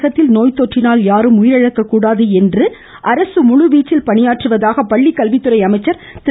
தமிழகத்தில் நோய்த்தொற்றினால் யாரும் உயிரிழக்க்கூடாது என்பதற்காகவே அரசு முழுவீச்சில் பணியாற்றுவதாக பள்ளிக்கல்வித்துறை அமைச்சர் திரு